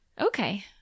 Okay